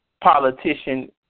politician